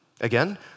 Again